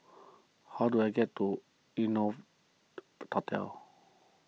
how do I get to Hotel